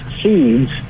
seeds